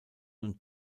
und